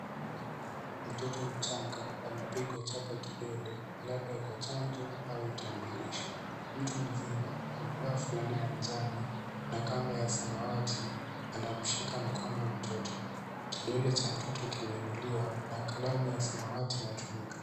Mtoto mchanga anapigwa chapa kidole labda kwa chanjo au utambulisho. Mtu mzima amevaa fulana ya njano na kamba ya samawati anamshika mkono mtoto. Kidole cha mtoto kimeinuliwa na kalamu ya samawati inatumika.